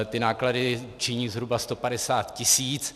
Ty náklady činí zhruba 150 tisíc.